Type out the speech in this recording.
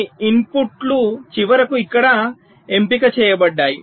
కొన్ని ఇన్పుట్లు చివరకు ఇక్కడ ఎంపిక చేయబడ్డాయి